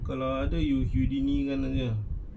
kalau ada you houdini kan lah ya